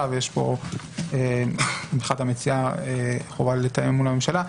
ויש פה מבחינת המציעה חובה לתאם מול הממשלה,